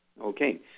Okay